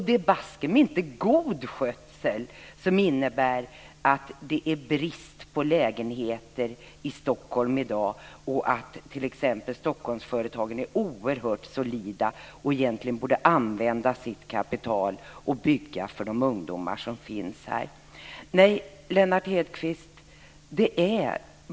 Det är baske mig inte god skötsel som gör att det är brist på lägenheter i Stockholm i dag och att t.ex. Stockholmsföretagen är oerhört solida och egentligen borde använda sitt kapital för att bygga för de ungdomar som finns här. Nej, Lennart Hedquist!